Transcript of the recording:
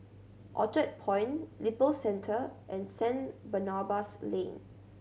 Orchard Point Lippo Centre and Saint Barnabas Lane